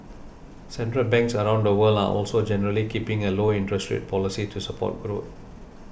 central banks around the world are also generally keeping a low interest rate policy to support growth